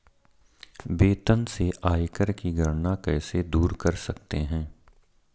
वेतन से आयकर की गणना कैसे दूर कर सकते है?